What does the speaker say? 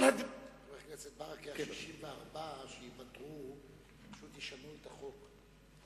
חבר הכנסת ברכה, ה-64 שייוותרו פשוט ישנו את החוק.